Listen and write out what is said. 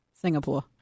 Singapore